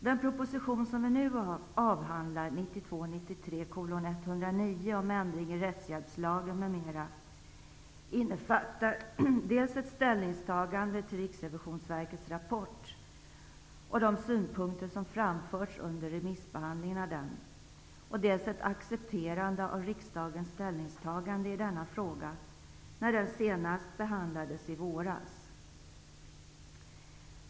Den proposition som vi nu avhandlar, 1992/93:109 om ändring i rättshjälpslagen m.m., innefattar dels ett ställningstagande till Riksrevisionsverkets rapport och de synpunkter som framförts under remissbehandlingen av den, dels ett acccepterande av riksdagens ställningstagande i denna fråga när den senast behandlades i våras.